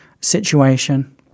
situation